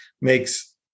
makes